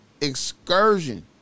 excursion